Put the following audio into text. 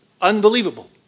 unbelievable